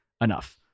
enough